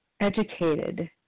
educated